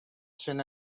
seen